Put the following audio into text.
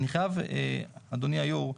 אני חייב אדוני היו"ר,